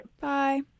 Bye